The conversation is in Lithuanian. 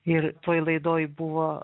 ir toj laidoj buvo